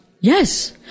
Yes